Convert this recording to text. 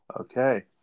okay